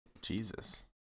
Jesus